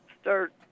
start